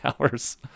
hours